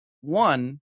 one